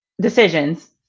decisions